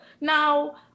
Now